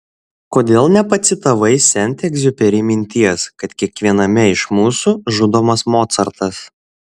kodėl nepacitavai sent egziuperi minties kad kiekviename iš mūsų žudomas mocartas